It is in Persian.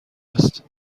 است